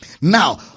Now